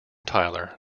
tyler